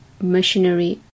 machinery